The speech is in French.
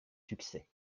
succès